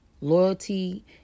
loyalty